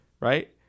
right